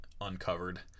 uncovered